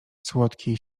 słodki